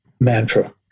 mantra